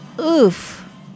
Oof